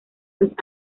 los